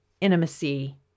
intimacy